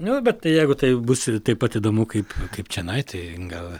nu bet tai jeigu tai bus ir taip pat įdomu kaip kaip čionai tai gal